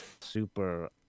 super